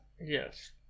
Yes